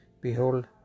Behold